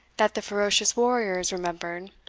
that the ferocious warrior is remembered,